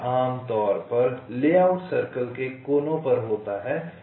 यह आमतौर पर लेआउट सर्कल के कोनों पर होता है